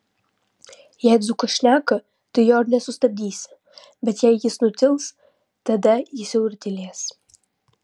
jei dzūkas šneka tai jo ir nesustabdysi bet jei jis nutils tada jis jau ir tylės